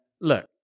look